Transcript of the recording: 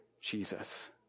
Jesus